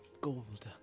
gold